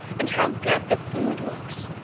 and how good the food looks.